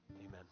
Amen